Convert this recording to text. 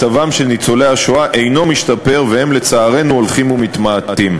מצבם של ניצולי השואה אינו משתפר ולצערנו הם הולכים ומתמעטים.